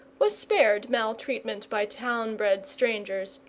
was spared maltreatment by town-bred strangers,